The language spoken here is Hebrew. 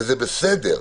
וזה בסדר,